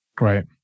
Right